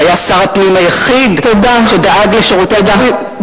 שהיה שר הפנים היחיד שדאג לשירותי הכבאות.